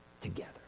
together